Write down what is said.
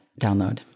download